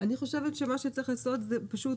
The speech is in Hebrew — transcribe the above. אני חושבת שמה שצריך לעשות זה פשוט